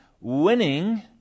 winning